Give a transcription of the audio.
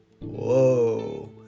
Whoa